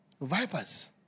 Vipers